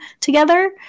together